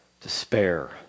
despair